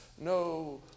no